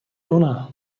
ona